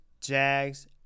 Jags